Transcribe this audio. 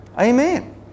Amen